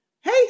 hey